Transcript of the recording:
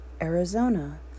Arizona